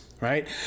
Right